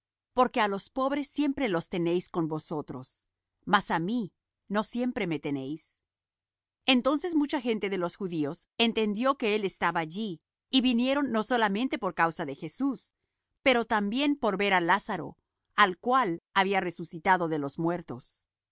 porque á los pobres siempre los tenéis con vosotros mas á mí no siempre me tenéis entonces mucha gente de los judíos entendió que él estaba allí y vinieron no solamente por causa de jesús mas también por ver á lázaro al cual había resucitado de los muertos